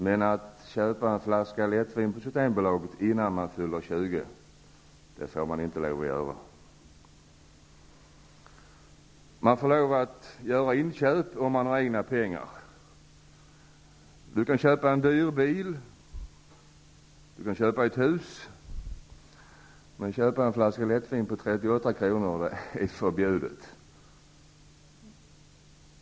Men man får inte köpa en flaska lättvin på Systemet innan man fyller 20. Vid den åldern får man göra inköp om man har egna pengar. Man kan köpa en dyr bil, man kan köpa ett hus, men att köpa en flaska lättvin för 38 kr. är förbjudet.